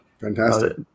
fantastic